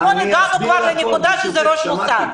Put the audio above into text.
אתמול הגענו כבר לנקודה שזה ראש המוסד.